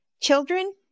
Children